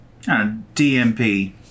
DMP